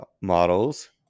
models